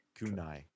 Kunai